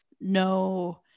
no